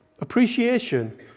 appreciation